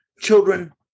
children